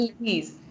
please